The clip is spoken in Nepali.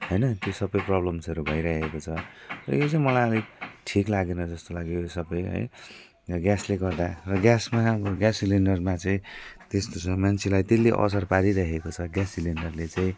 हैन त्यो सबै प्रोब्लम्सहरू भइरहेको छ र यो चाहिँ मलाई अलिक ठिक लागेन जस्तो लाग्यो यो सबै है ग्यासले गर्दा र ग्यासमा अब ग्यास सिलेन्डरमा चाहिँ त्यस्तो छ मान्छेलाई त्यसले असर पारिरहेको छ ग्यास सिलेन्डरले चाहिँ